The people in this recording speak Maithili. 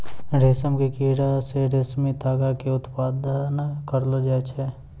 रेशम के कीड़ा से रेशमी तागा के उत्पादन करलो जाय छै